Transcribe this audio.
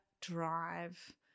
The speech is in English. drive